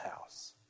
house